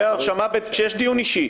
כשיש דיון אישי.